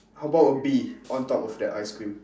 how about a bee on top of the ice cream